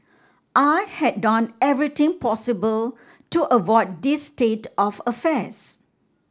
I had done everything possible to avoid this state of affairs